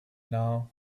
now